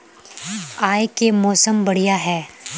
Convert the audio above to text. आय के मौसम बढ़िया है?